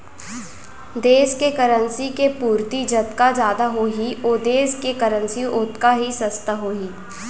देस के करेंसी के पूरति जतका जादा होही ओ देस के करेंसी ओतका ही सस्ता होही